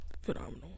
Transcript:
phenomenal